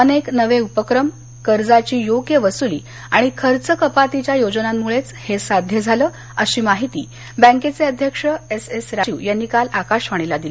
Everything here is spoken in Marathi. अनेक नवे उपक्रम कर्जाची योग्य वसूली आणि खर्च कपातीच्या योजनांमुळे हे साध्य झालं अशी माहिती बँकेचे अध्यक्ष िज स राजीव यांनी काल आकाशवाणीला दिली